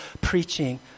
preaching